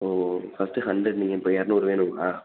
ஓ first hundred நீங்கள் இப்போ இரநூறு வேணுங்களா